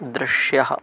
दृश्यः